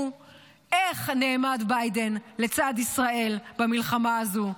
איך נעמד ביידן לצד ישראל במלחמה הזאת,